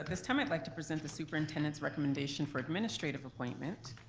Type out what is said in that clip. this time i'd like to present the superintendent's recommendation for administrative appointment,